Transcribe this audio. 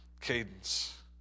cadence